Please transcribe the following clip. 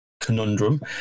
conundrum